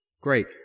Great